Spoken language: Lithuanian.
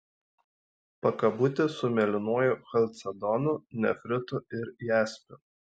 pakabutį su mėlynuoju chalcedonu nefritu ir jaspiu